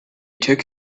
took